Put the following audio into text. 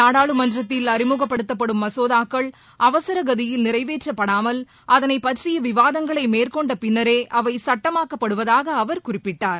நாடாளுமன்றத்தில் அறிமுகப்படுத்தப்படும் மசோதாக்கள் அவசரகதியில் நிறைவேற்றப்படாமல் அதனைப் பற்றிய விவாதங்களை மேற்கொண்ட பின்னரே அவை சட்டமாக்கப்படுவதாக அவர் குறிப்பிட்டார்